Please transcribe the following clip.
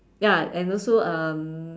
ya and also um